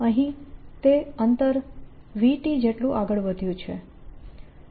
અહીં તે અંતર v t જેટલું આગળ વધ્યું છે